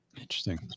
Interesting